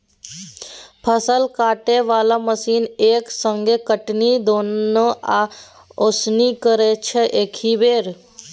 फसल काटय बला मशीन एक संगे कटनी, दौनी आ ओसौनी करय छै एकहि बेर